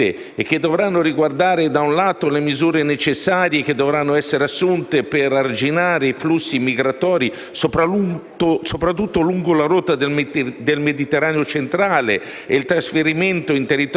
soprattutto lungo la rotta del Mediterraneo centrale e il trasferimento in territorio italiano dell'Agenzia europea per i medicinali, tenendo conto del fatto che Brexit produce